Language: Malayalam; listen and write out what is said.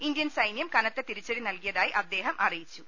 ഇന്ത്യൻ സൈന്യം കനത്ത തിരിച്ചടി നൽകിയതായി അദ്ദേഹം അറിയിച്ചു